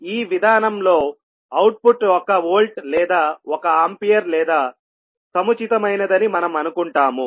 ఈ విధానంలో అవుట్పుట్ ఒక వోల్ట్ లేదా ఒక ఆంపియర్ లేదా సముచితమైనదని మనం అనుకుంటాము